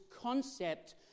concept